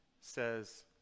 says